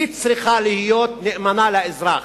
היא צריכה להיות נאמנה לאזרח,